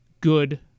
good